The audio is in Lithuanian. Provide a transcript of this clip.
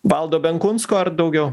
valdo benkunsko ar daugiau